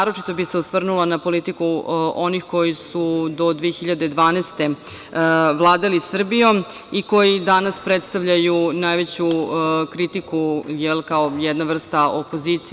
Naročito bi se osvrnula na politiku onih koji su do 2012. godine vladali Srbijom i koji danas predstavljaju najveću kritiku, jel kao jedna vrsta opozicije.